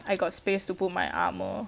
I got space to put my armour